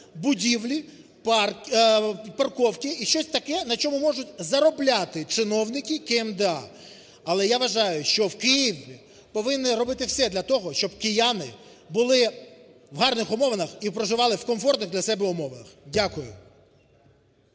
будівлі, парковки і щось таке, на чому можуть заробляти чиновники КМДА. Але я вважаю, що в Києві повинні робити все для того, щоб кияни були у гарних умовах і проживали у комфортних для себе умовах. Дякую.